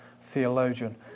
theologian